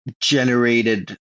generated